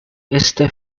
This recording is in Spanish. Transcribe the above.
este